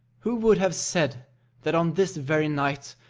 who would have said that on this very night,